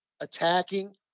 attacking